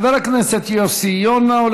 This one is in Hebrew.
חבר הכנסת יוסי יונה,